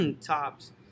tops